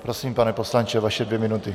Prosím, pane poslanče, vaše dvě minuty.